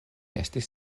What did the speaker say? estis